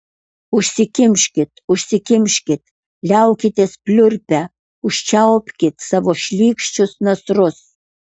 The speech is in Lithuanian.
užsikimškit užsikimškit liaukitės pliurpę užčiaupkit savo šlykščius nasrus